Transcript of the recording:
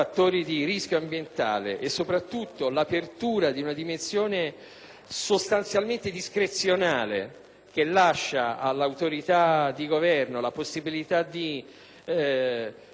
che lascia all'autorità di Governo la possibilità di patteggiare, concordare e, in un certo senso, anche nascondere